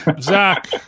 Zach